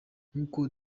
nk’uko